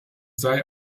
sei